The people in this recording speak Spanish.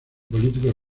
político